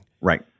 Right